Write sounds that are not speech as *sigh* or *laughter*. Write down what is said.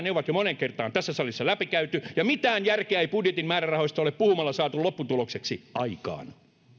*unintelligible* ne on jo moneen kertaan tässä salissa läpikäyty ja mitään järkeä ei budjetin määrärahoihin ole puhumalla saatu lopputulokseksi aikaan